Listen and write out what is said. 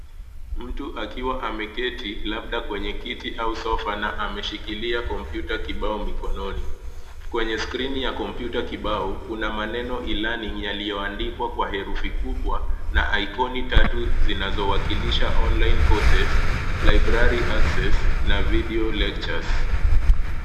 Mtu akiwa ameketi labda kwenye kiti au sofa na ameshikilia kompyuta kibao mikononi kwenye skrini ya kompyuta kibao kuna maneno e-learning yaliyoandikwa kwa herufi kubwa na ikoni tatu zinzowakilisha online courses library access na video lectures.